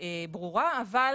ברורה, אבל